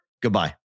Goodbye